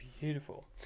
Beautiful